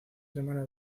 semana